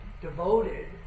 devoted